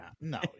no